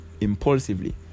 impulsively